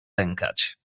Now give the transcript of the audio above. lękać